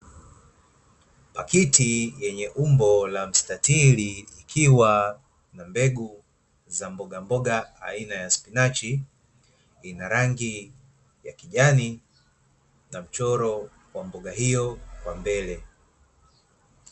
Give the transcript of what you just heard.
Pakiti lenye umbo la mstatili ikiwa mbegu za mbogamboga aina ya spinachi, ina rangi ya kijani na mchoro wa mboga hiyo kwa mbele.